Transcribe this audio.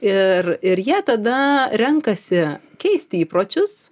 ir ir jie tada renkasi keisti įpročius